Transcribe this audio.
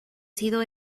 sido